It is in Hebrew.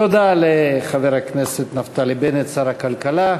תודה לחבר הכנסת נפתלי בנט, שר הכלכלה,